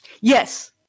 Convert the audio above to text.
Yes